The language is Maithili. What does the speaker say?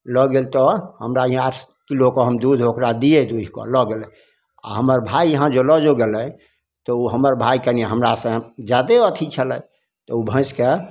लअ गेल तऽ हमरा इहाँ आठ किलो कऽ दुध ओकरा हम दियै दुहि कऽ लअ गेलै आओर हमर भाय इहाँ लअ जे गेलै तऽ उ हमर भाय कनि हमरासँ जादे अथी छलै तऽ उ भैंसके